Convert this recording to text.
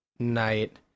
night